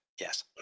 Yes